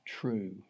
true